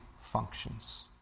functions